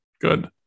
Good